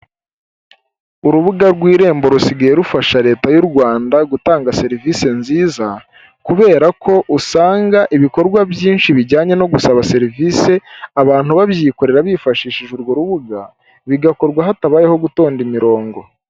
Urubuga rw'irembo rusigaye rufasha leta y'u Rwanda gutanga serivisi nziza, kubera ko usanga ibikorwa byinshi bijyanye no gusaba serivisi abantu babyikorera bifashishije urwo rubuga, bigakorwa hatabayeho gutonda imirongo.